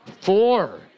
four